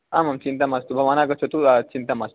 आमां चिन्ता मास्तु भवानागच्छतु चिन्ता मास्तु